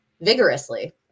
vigorously